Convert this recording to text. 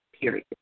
Period